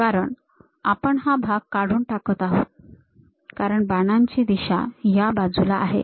कारण आपण हा भाग काढून टाकत आहोत कारण बाणांची दिशा या बाजूला आहे